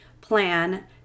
Plan